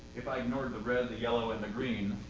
if i ignore the red, the yellow, and the green,